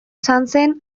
sanzen